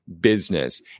business